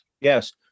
Yes